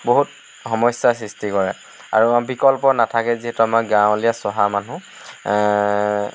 বহুত সমস্যাৰ সৃষ্টি কৰে আৰু বিকল্প নাথাকে যিহেতু আমি গাঁৱলীয়া চহা মানুহ